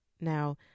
now